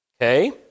Okay